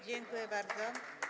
Dziękuję bardzo.